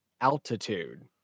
altitude